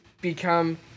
become